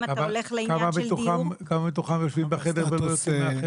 --- כמה מתוכם יושבים בחדר ולא יוצאים ממנו?